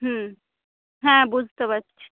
হুম হ্যাঁ বুঝতে পারছি